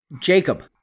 Jacob